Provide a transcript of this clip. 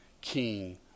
king